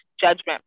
judgment